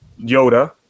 Yoda